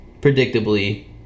predictably